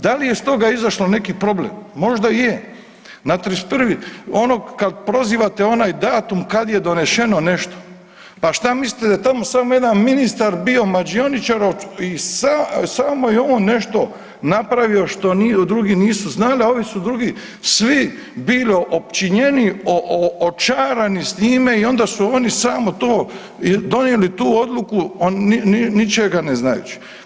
Da li je iz toga izašlo neki problem, možda je, na 31. onog kad prozivate onaj datum kad je donešeno nešto, pa šta mislite da tamo samo jedan ministar bio mađioničar i samo je on nešto napravio što nitko drugi nisu znali, a ovi su drugi svi bili opčinjeni, očarani s njime i onda su oni samo to donijeli tu odluku o ničega ne znajući.